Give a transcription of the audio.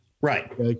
Right